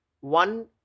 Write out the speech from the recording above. one